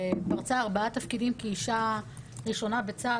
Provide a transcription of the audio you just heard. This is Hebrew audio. שפרצה ארבעה תפקידים כאישה ראשונה בצה"ל